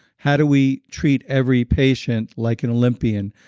how do we treat every patient like an olympian?